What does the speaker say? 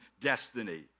destiny